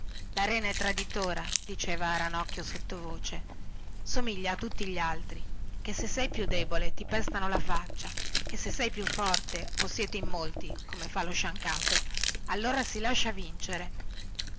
rena è traditora diceva a ranocchio sottovoce somiglia a tutti gli altri che se sei più debole ti pestano la faccia e se sei più forte o siete in molti come fa lo sciancato allora si lascia vincere